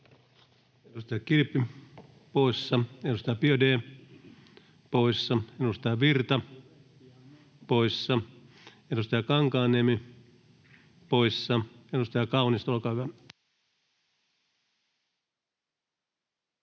Edustaja Kilpi poissa, edustaja Biaudet poissa, edustaja Virta poissa, edustaja Kankaanniemi poissa. — Edustaja Kaunisto, olkaa hyvä.